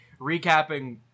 recapping